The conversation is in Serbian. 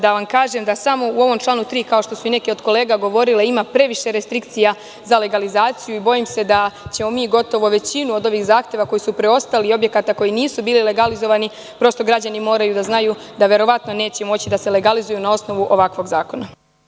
Da vam kažem da samo u ovom članu 3, kao što su neke od kolega govorile, ima previše restrikcija za legalizaciju i bojim se da ćemo mi gotovo većinu od ovih zahteva koji su preostali i objekata koji nisu bili legalizovani, prosto građani moraju da znaju da verovatno neće moći da se legalizuju na osnovu ovakvog zakona.